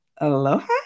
Aloha